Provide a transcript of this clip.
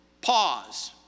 Pause